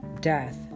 death